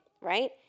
right